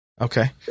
Okay